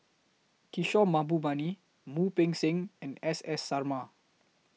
Kishore Mahbubani Wu Peng Seng and S S Sarma